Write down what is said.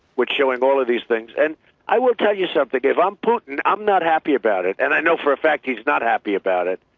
we're showing all these things. and i will tell you something. if i'm putin, i'm not happy about it. and i know for a fact he's not happy about it.